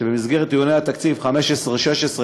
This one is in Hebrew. שבמסגרת דיוני התקציב 2015 2016,